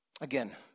Again